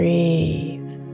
Breathe